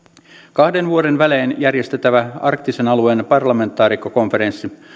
kahden vuoden välein järjestettävä arktisen alueen parlamentaarikkokonferenssi